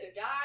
die